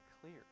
clear